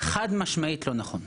חד משמעית לא נכון.